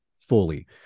fully